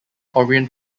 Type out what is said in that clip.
orient